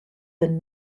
than